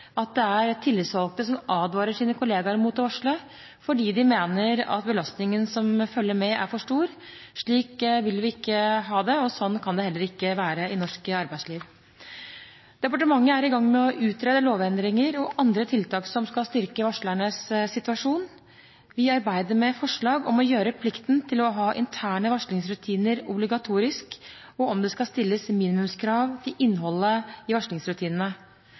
at det er tillitsvalgte som advarer sine kollegaer mot å varsle, fordi de mener at belastningen som følger med, er for stor. Slik vil vi ikke ha det, og slik kan det heller ikke være i norsk arbeidsliv. Departementet er i gang med å utrede lovendringer og andre tiltak som skal styrke varslernes situasjon. Vi arbeider med forslag om å gjøre plikten til å ha interne varslingsrutiner obligatorisk, og om det skal stilles minimumskrav til innholdet i varslingsrutinene.